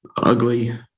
ugly